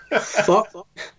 Fuck